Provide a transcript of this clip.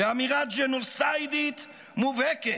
אמירה ג'נוסיידית מובהקת.